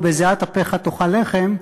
"בזעת אפיך תאכל לחם"